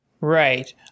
Right